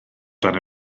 dan